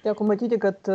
teko matyti kad